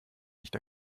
nicht